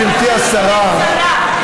גברתי השרה,